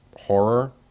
horror